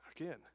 Again